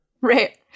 Right